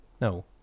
No